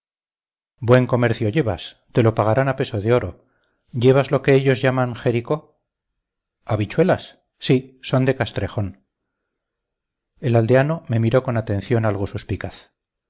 buen comercio llevas te lo pagarán a peso de oro llevas lo que ellos llaman jericó habichuelas sí son de castrejón el aldeano me miró con atención algo suspicaz